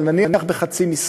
אבל נניח בחצי משרה,